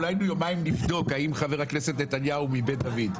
אולי ביומיים נבדוק אם חבר הכנסת נתניהו הוא מבית דוד.